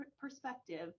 perspective